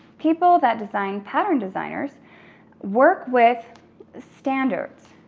people that design, pattern designers work with standards,